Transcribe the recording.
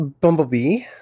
bumblebee